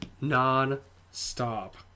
Non-Stop